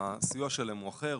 הסיוע שלהם הוא אחר,